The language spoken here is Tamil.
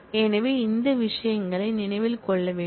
எனவே இந்த விஷயங்களை நினைவில் கொள்ள வேண்டும்